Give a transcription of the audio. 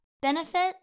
benefits